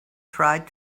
tried